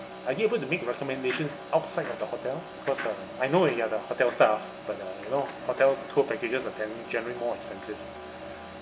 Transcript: are you able to make recommendations outside of the hotel because uh I know you are the hotels staff but uh you know hotel tour packages are generally more expensive